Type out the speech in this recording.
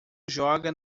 joga